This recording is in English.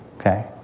okay